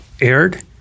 aired